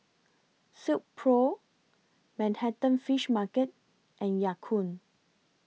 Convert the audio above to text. Silkpro Manhattan Fish Market and Ya Kun